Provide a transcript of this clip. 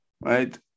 right